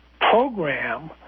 program